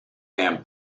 band